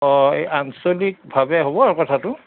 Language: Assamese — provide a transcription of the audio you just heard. অঁ এই আঞ্চলিকভাৱে হ'ব আৰু কথাটো